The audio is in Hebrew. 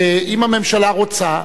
ואם הממשלה רוצה,